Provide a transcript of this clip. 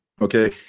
okay